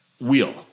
wheel